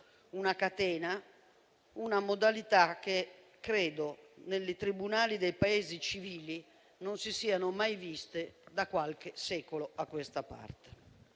una catena; una modalità che nei tribunali dei Paesi civili non si è mai vista da qualche secolo a questa parte.